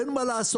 אין מה לעשות.